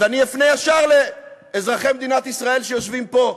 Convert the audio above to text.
אז אני אפנה ישר לאזרחי מדינת ישראל שיושבים פה: